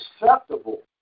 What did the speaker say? acceptable